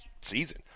season